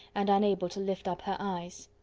and unable to lift up her eyes.